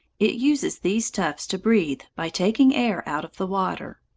it uses these tufts to breathe, by taking air out of the water.